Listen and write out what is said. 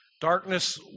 Darkness